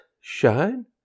shine